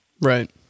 Right